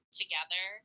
together